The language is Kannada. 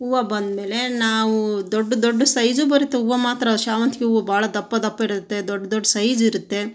ಹೂವು ಬಂದಮೇಲೆ ನಾವು ದೊಡ್ಡ ದೊಡ್ಡ ಸೈಝು ಬರುತ್ತೆ ಹೂವು ಮಾತ್ರ ಸೇವಂತ್ಗೆ ಹೂವು ಭಾಳ ದಪ್ಪ ದಪ್ಪ ಇರುತ್ತೆ ದೊಡ್ಡ ದೊಡ್ಡ ಸೈಝ್ ಇರುತ್ತೆ